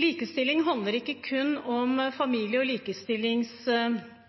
Likestilling handler ikke kun om